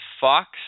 Fox